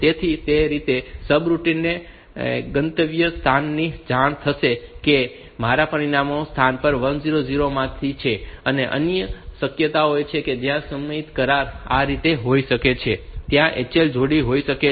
તેથી તે રીતે સબરૂટિન ને ગંતવ્ય સ્થાનની જાણ થશે કે મારા પરિમાણો સ્થાન 1000 માંથી છે હવે અન્ય શક્યતા એ છે કે ત્યાં ત્યાં સંમતિ કે કરાર આ રીતે હોઈ શકે છે કે ત્યાં HL જોડી હોઈ શકે છે